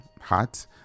hot